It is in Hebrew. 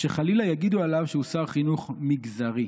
שחלילה יגידו עליו שהוא שר חינוך מגזרי.